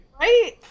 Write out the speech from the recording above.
Right